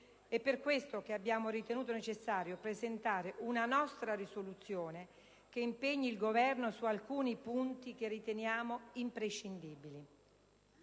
È per questo che abbiamo ritenuto necessario presentare una nostra risoluzione, che impegni il Governo su alcuni punti che riteniamo imprescindibili.